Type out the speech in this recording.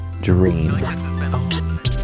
dream